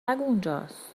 اونجاست